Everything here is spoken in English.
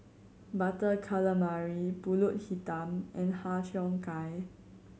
Butter Calamari Pulut Hitam and Har Cheong Gai